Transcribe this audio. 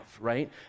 right